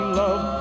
love